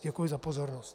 Děkuji za pozornost.